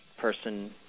person